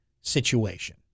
situation